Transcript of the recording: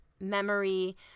memory